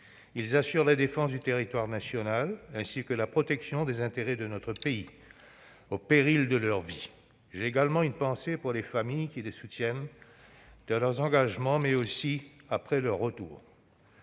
Ils assurent la défense du territoire national, ainsi que la protection des intérêts de notre pays, au péril de leur vie. J'ai également une pensée pour les familles qui les soutiennent dans leurs engagements, mais aussi après le retour.